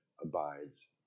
abides